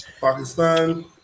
Pakistan